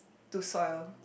to sold